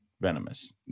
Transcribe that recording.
venomous